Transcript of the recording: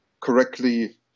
correctly